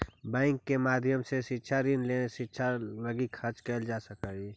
bank के माध्यम से शिक्षा ऋण लेके शिक्षा लगी खर्च कैल जा सकऽ हई